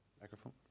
Microphone